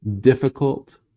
difficult